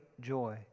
joy